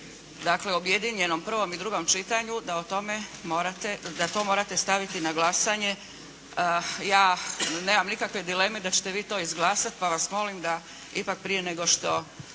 dakle objedinjenom prvom i drugom čitanju da to morate staviti na glasanje. Ja nemam nikakve dileme da ćete vi to izglasati pa vas molim da ipak prije nego što